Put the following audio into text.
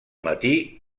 matí